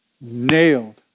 nailed